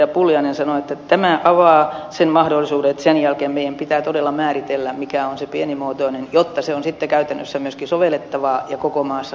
pulliainen sanoi että tämä avaa sen mahdollisuuden että sen jälkeen meidän pitää todella määritellä mikä on se pienimuotoinen jotta laki on sitten käytännössä myöskin sovellettavaa ja koko maassa on samat säädökset